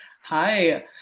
Hi